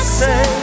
say